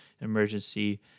emergency